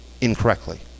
incorrectly